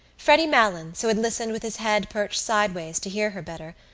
freddy malins, who had listened with his head perched sideways to hear her better,